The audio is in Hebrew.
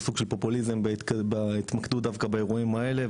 סוג של פופוליזם בהתמקדות דווקא באירועים האלה,